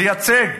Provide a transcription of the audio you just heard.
בא לייצג,